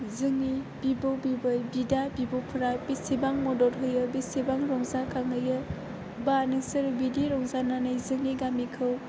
जोंनि बिबौ बिबै बिदा बिब'फोरा बेसेबां मदद होयो बेसेबां रंजाखांहोयो एबा नोंसोरो बिदि रंजानानै जोंनि गामिखौ